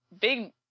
big